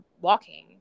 walking